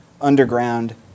underground